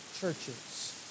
churches